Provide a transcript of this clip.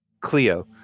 Cleo